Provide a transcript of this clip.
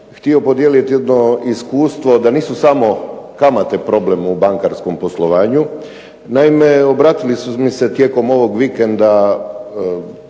htio podijeliti jedno iskustvo da nisu samo kamate problem u bankarskom poslovanju. Naime obratili su mi se tijekom ovog vikenda